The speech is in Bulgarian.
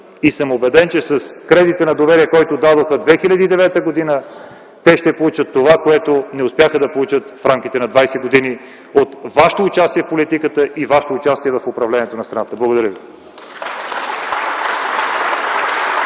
съм, че с кредита на доверие, който ни дадоха през 2009 г., те ще получат това, което не успяха да получат в рамките на 20 години от вашето участие в политиката и от вашето участие в управлението на страната. Благодаря ви.